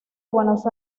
buenos